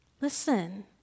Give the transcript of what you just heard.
Listen